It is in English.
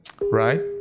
right